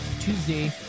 Tuesday